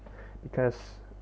because